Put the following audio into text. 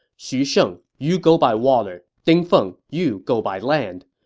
xu sheng, you go by water. ding feng, you go by land.